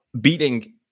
beating